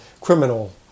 criminal